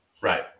Right